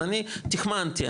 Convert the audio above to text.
אז תחמנתי,